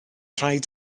rhaid